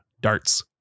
darts